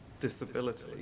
disability